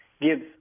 gives